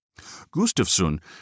Gustafsson